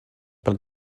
pel